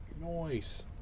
nice